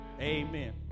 Amen